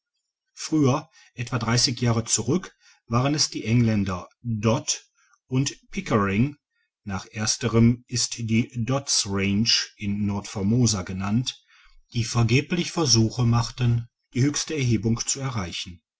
früher etwa dreißig jahre zurück waren es die engländer dodd und pickering nach ersterem ist die dodds range in nordformosa genannt die vergeblich versuche machten die höchste erhebung zu erreichen